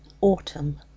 Autumn